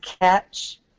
catch